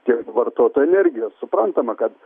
tiek vartotų energijos suprantama kad